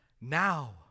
now